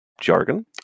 jargon